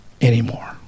anymore